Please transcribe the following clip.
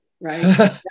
Right